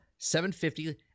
750